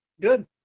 Good